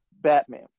batman